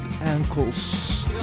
ankles